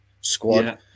squad